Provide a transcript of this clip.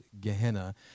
Gehenna